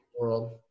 world